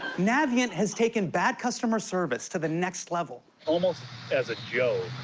navient has taken bad customer service to the next level. almost as a joke,